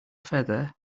feather